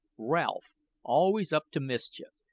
ralph always up to mischief.